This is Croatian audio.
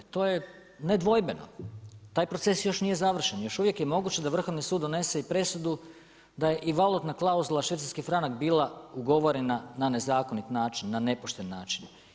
To je nedvojbeno, taj proces još nije završen, još uvijek je moguć da Vrhovni sud donese i presudu da je i valutna klauzula švicarski franak bila ugovorena na nezakonit način, na nepošten način.